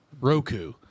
Roku